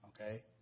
Okay